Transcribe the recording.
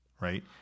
right